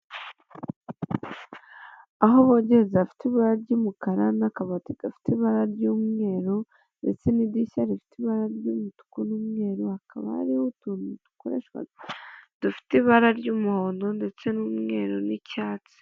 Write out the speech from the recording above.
Aho bogereza hafite ibara ry'umukara n'akabati gafite ibara ry'umweru ndetse n'idirishya rifite ibara ry'umutuku n'umweru, hakaba ari utu dukoreshwa dufite ibara ry'umuhondo ndetse n'umweru n'icyatsi.